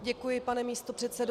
Děkuji, pane místopředsedo.